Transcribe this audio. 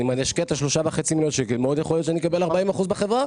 אם אני אשקיע את ה-3.5 מיליון שקל מאוד יכול להיות שאני אקבל 40% בחברה.